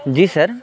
جی سر